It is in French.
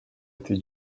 été